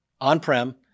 on-prem